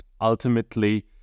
ultimately